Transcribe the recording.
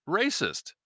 racist